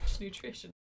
nutrition